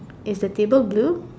is the table blue